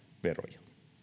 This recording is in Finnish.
veroja